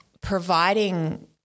providing